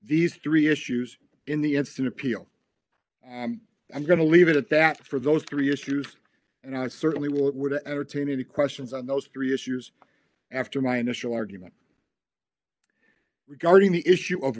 these three issues in the ensuing appeal i'm going to leave it at that for those three issues and i certainly will it would entertain any questions on those three issues after my initial argument regarding the issue of